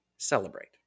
Celebrate